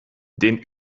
den